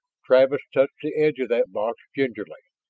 travis touched the edge of that box gingerly,